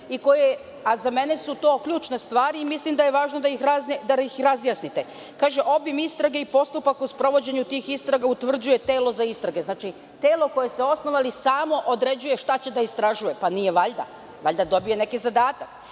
a za mene su to ključne stvari, i mislim da je važno da ih razjasnite. Kaže – obim istrage i postupak u postupak u sprovođenju tih istraga utvrđuje telo za istrage. Znači, telo koje ste osnovali samo određuje šta će da istražuje. Pa nije valjda? Valjda dobije neki zadatak.